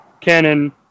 cannon